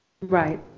Right